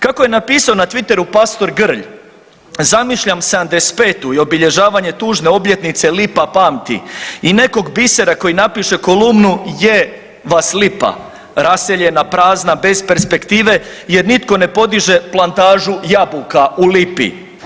Kako je napisao na Twitteru pastor Grlj, zamišljam '75.-tu i obilježavanje tužne obljetnice „Lipa pamti“ i nekog bisera koji napiše kolumnu je… vas Lipa, raseljena, prazna, bez perspektive jer nitko ne podiže plantažu jabuka u Lipi.